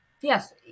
yes